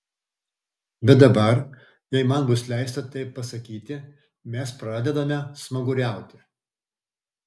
bet dabar jei man bus leista taip pasakyti mes pradedame smaguriauti